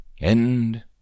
End